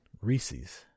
Reese's